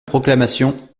proclamation